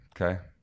okay